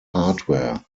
hardware